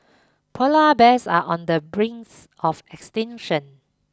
polar bears are on the brings of extinction